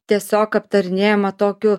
tiesiog aptarinėjama tokiu